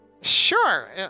Sure